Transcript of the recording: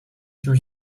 czym